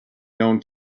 known